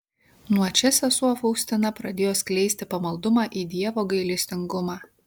nuo čia sesuo faustina pradėjo skleisti pamaldumą į dievo gailestingumą